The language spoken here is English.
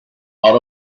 out